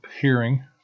hearing